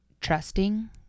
trusting